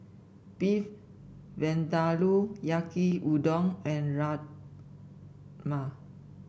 Beef Vindaloo Yaki Udon and Rajma